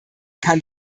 kann